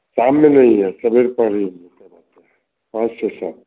शाम में नहीं है सवेरे पर ही है पाँच से सात